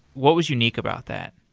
what was unique about that?